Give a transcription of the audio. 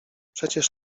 przecież